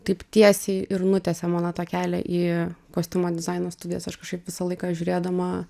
taip tiesiai ir nutiesė mano tą kelią į kostiumo dizaino studijas aš kažkaip visą laiką žiūrėdama